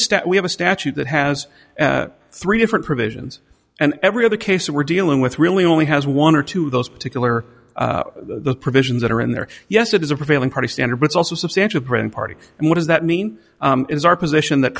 stat we have a statute that has three different provisions and every other case we're dealing with really only has one or two of those particular provisions that are in there yes it is a prevailing pretty standard that's also substantial prend party and what does that mean is our position that